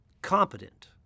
competent